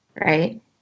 right